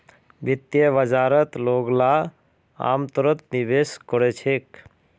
वित्तीय बाजारत लोगला अमतौरत निवेश कोरे छेक